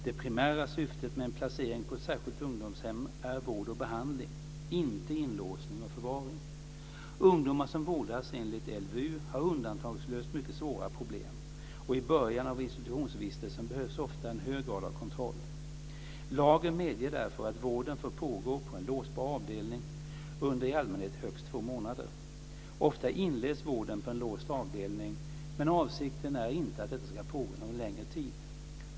Det primära syftet med en placering på ett särskilt ungdomshem är vård och behandling - inte inlåsning och förvaring. Ungdomar som vårdas enligt LVU har undantagslöst mycket svåra problem, och i början av institutionsvistelsen behövs ofta en hög grad av kontroll. Lagen medger därför att vården får pågå på en låsbar avdelning under i allmänhet högst två månader. Ofta inleds vården på en låst avdelning, men avsikten är inte att detta ska pågå någon längre tid.